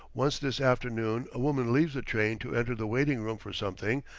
once this afternoon a woman leaves the train to enter the waiting-room for something.